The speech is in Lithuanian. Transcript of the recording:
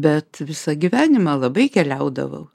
bet visą gyvenimą labai keliaudavau